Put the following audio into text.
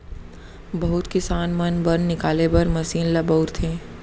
बहुत किसान मन बन निकाले बर मसीन ल बउरथे